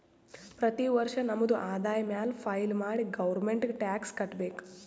ಪ್ರತಿ ವರ್ಷ ನಮ್ದು ಆದಾಯ ಮ್ಯಾಲ ಫೈಲ್ ಮಾಡಿ ಗೌರ್ಮೆಂಟ್ಗ್ ಟ್ಯಾಕ್ಸ್ ಕಟ್ಬೇಕ್